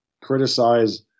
Criticize